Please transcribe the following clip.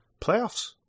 playoffs